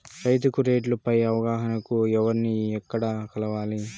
రైతుకు రేట్లు పై అవగాహనకు ఎవర్ని ఎక్కడ కలవాలి?